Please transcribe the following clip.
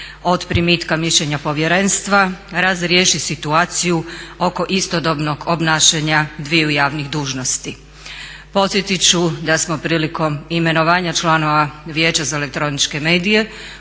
od primitka mišljenja povjerenstva razriješi situaciju oko istodobnog obnašanja dviju javnih dužnosti. Podsjetit ću da smo prilikom imenovanja članova Vijeća za elektroničke medije